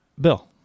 Bill